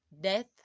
death